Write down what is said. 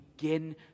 begin